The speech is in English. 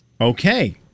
Okay